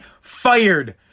fired